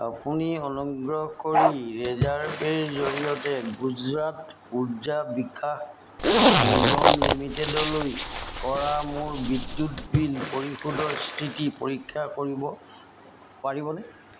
আপুনি অনুগ্ৰহ কৰি ৰেজাৰপে'ৰ জৰিয়তে গুজৰাট উৰ্জাৰ বিকাশ নিগম লিমিটেডলৈ কৰা মোৰ বিদ্যুৎ বিল পৰিশোধৰ স্থিতি পৰীক্ষা কৰিব পাৰিবনে